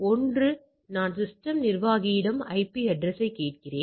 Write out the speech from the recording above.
ஒன்று நான் சிஸ்டம் நிர்வாகியிடம் ஐபி அட்ரசையைக் கேட்கிறேன்